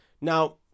Now